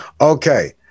Okay